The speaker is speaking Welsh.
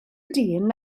dyn